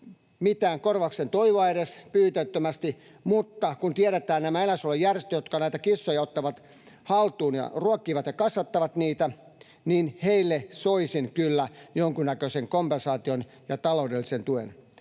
mitään korvauksen toivoa, pyyteettömästi, mutta kun tiedetään nämä eläinsuojelujärjestöt, jotka näitä kissoja ottavat haltuun ja ruokkivat ja kasvattavat niitä, niin heille soisin kyllä jonkunnäköisen kompensaation ja taloudellisen tuen.